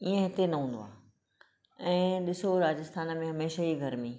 ईअं हिते न हूंदो आहे ऐं ॾिसो राजस्थान में हमेशह ई गर्मी